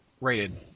rated